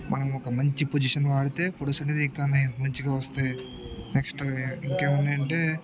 మనం ఒక మంచి పొజిషన్ వాడితే ఫోటోస్ అనేది ఇంకానే మంచిగా వస్తే నెక్స్ట్ ఇంకా ఏమి ఉన్నాయి అంటే